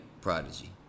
Prodigy